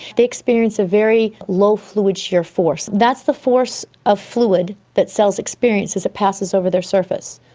they experience a very low fluid shear force. that's the force of fluid that cells experience as it passes over their surface.